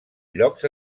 llocs